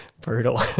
brutal